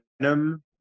Venom